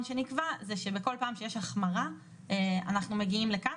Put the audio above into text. שנקבע זה שבכל פעם שיש החמרה אנחנו מגיעים לכאן.